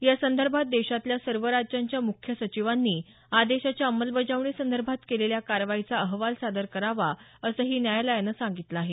यासंदर्भात देशातल्या सर्व राज्यांच्या मुख्य सचिवांनी आदेशाच्या अंमलबजावणीसंदर्भात केलेल्या कारवाईचा अहवाल सादर करावा असंही न्यायालयानं सांगितलं आहे